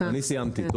סיימתי.